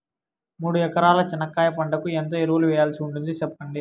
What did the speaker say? మూడు ఎకరాల చెనక్కాయ పంటకు ఎంత ఎరువులు వేయాల్సి ఉంటుంది సెప్పండి?